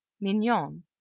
mignon